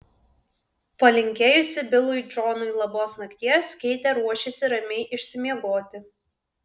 palinkėjusi bilui džonui labos nakties keitė ruošėsi ramiai išsimiegoti